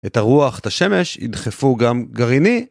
את הרוח, את השמש, ידחפו גם גרעיני.